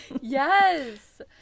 Yes